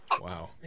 wow